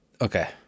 okay